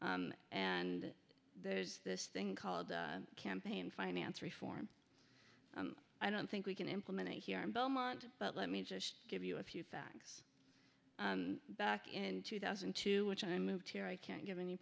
belmont and there's this thing called campaign finance reform i don't think we can implement it here in belmont but let me just give you a few facts back in two thousand and two which i moved here i can't give any